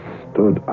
stood